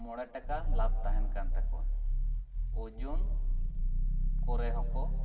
ᱢᱚᱬᱮ ᱴᱟᱠᱟ ᱞᱟᱵ ᱛᱟᱦᱮᱱ ᱠᱟᱱ ᱛᱟᱠᱚᱣᱟ ᱳᱡᱚᱱ ᱠᱚᱨᱮ ᱦᱚᱸᱠᱚ